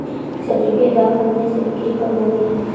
सब्जियों के दाम बढ़ने से बिक्री कम हो गयी है